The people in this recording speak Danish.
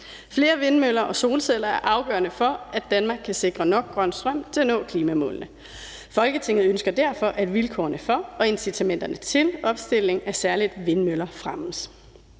Flere vindmøller og solceller er afgørende for, at Danmark kan sikre nok grøn strøm til at nå klimamålene. Folketinget ønsker derfor, at vilkårene for – og incitamenterne til – opstilling af særligt vindmøller fremmes